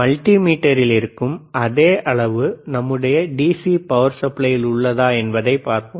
multi மீட்டரில் இருக்கும் அதே அளவு நம்முடைய டிசி பவர் சப்ளையில் உள்ளதா என்பதை பார்ப்போம்